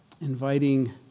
inviting